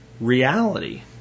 reality